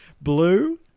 blue